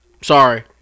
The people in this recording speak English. Sorry